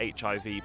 HIV